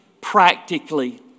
practically